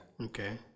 Okay